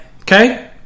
okay